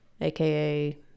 aka